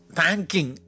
thanking